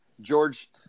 George